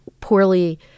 poorly